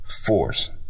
force